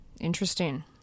Interesting